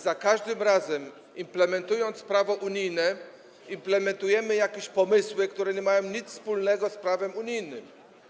Za każdym razem, implementując prawo unijne, implementujemy jakieś pomysły, które nie mają nic wspólnego z prawem unijnym.